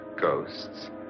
ghosts